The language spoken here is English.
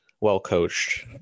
well-coached